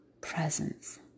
presence